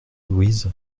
louise